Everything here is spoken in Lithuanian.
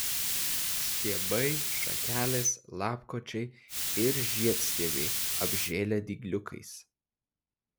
stiebai šakelės lapkočiai ir žiedstiebiai apžėlę dygliukais